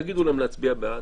יגידו להם להצביע בעד,